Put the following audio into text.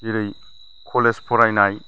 जेरै कलेज फरायनाय